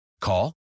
Call